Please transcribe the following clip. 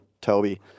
Toby